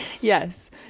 Yes